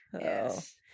yes